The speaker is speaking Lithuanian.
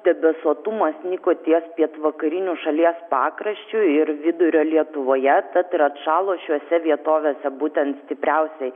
debesuotumas nyko ties pietvakariniu šalies pakraščiu ir vidurio lietuvoje tad ir atšalo šiose vietovėse būtent stipriausiai